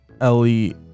Ellie